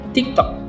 TikTok